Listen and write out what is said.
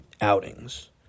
outings